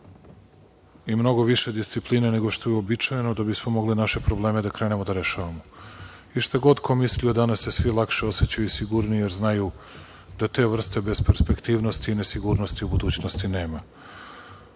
i mnogo više discipline nego što je uobičajeno da bismo mogli naše probleme da krenemo da rešavamo.I šta god ko mislio danas se svi lakše osećaju sigurnije, jer znaju da te vrste bez perspektivnosti i nesigurnosti u budućnosti nema.